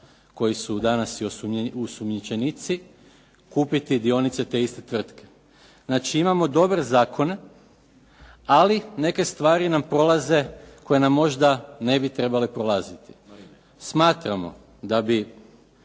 koji su danas i osumnjičenici kupiti dionice te iste tvrtke. Znači, imamo dobre zakone ali neke stvari nam prolaze koje nam možda ne bi trebale prolaziti. Smatramo da bi